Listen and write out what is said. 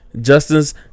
Justice